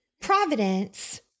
providence